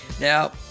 Now